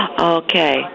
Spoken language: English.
Okay